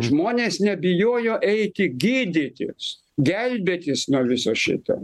žmonės nebijojo eiti gydytis gelbėtis nuo viso šito